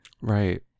Right